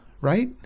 Right